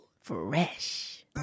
Fresh